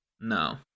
No